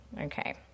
okay